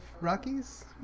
rockies